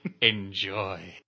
Enjoy